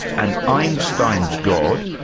and einstein's god,